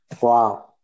wow